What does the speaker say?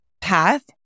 path